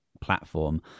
platform